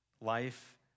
life